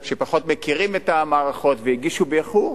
שפחות מכירים את המערכות והגישו באיחור.